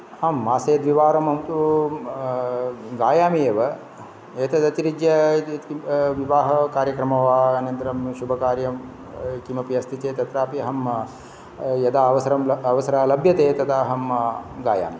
आम् मासे द्विवारम् अहं तु गायामि एव एतत् अतिरिज्य विवाहकार्यक्रमो वा अनन्तरं शुभकार्यम् किमपि अस्ति चेत् तत्रापि अहं यदा अवसरं अवसरः लभ्यते तदा अहं गायामि